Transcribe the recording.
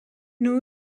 new